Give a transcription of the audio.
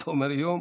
אתה אומר יום?